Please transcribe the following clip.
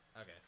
okay